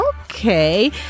okay